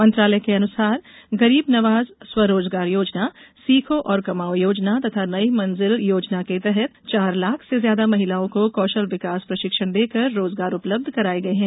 मंत्रालय के अनुसार गरीब नवाज़ स्वरोजगार योजना सीखो और कमाओ योजना तथा नई मंजिल योजना के तहत चार लाख से ज्यादा महिलाओं को कौशल विकास प्रशिक्षण देकर रोजगार उपलब्ध कराये गये हैं